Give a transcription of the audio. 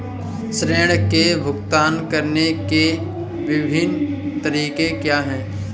ऋृण के भुगतान करने के विभिन्न तरीके क्या हैं?